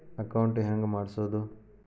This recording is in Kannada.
ಅಕೌಂಟ್ ಹೆಂಗ್ ಮಾಡ್ಸೋದು?